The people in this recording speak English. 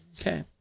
Okay